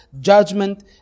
judgment